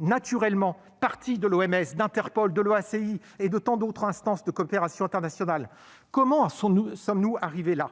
naturellement pas partie de l'OMS, d'Interpol, de l'OACI et de tant d'autres instances de coopération internationale ? Comment en sommes-nous arrivés là ?